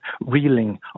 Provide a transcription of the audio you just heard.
reeling